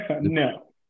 no